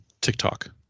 TikTok